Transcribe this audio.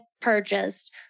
purchased